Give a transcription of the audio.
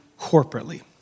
corporately